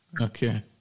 Okay